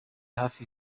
hafi